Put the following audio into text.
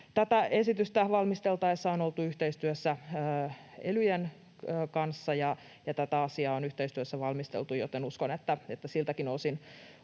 Tätä esitystä valmisteltaessa on oltu yhteistyössä elyjen kanssa, ja tätä asiaa on yhteistyössä valmisteltu, joten uskon, että siltäkin osin